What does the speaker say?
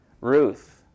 Ruth